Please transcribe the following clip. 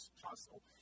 possible